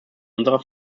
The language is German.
unserer